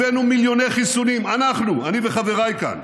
הבאנו מיליוני חיסונים, אנחנו, אני וחבריי כאן.